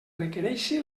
requereixi